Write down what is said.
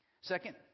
Second